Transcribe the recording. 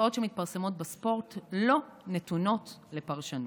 התוצאות שמתפרסמות בספורט לא נתונות לפרשנות.